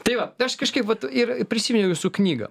tai va aš kažkaip vat ir prisiminiau jūsų knygą